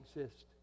exist